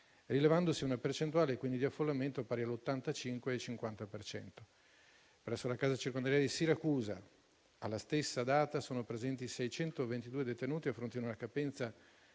rilevandosi una percentuale quindi di affollamento pari all'85,50 per cento. Presso la casa circondariale di Siracusa, alla stessa data, erano presenti 622 detenuti a fronte di una capienza